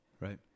Right